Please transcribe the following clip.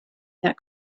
that